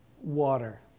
water